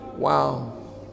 Wow